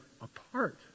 apart